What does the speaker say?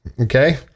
okay